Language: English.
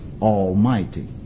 Almighty